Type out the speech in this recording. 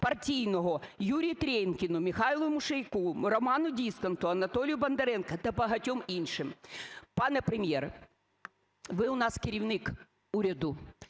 партійного: Юрію Тренкіну, Михайлу Мушейку, Роману Дісканту, Анатолію Бондаренку та багатьом іншим. Пане Прем'єр, ви у нас керівник уряду,